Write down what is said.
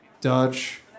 Dutch